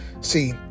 See